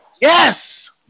Yes